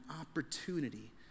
opportunity